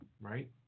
right